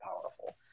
powerful